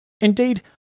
Indeed